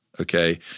okay